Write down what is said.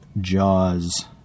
jaws